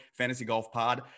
FantasyGolfPod